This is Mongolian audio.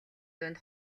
дунд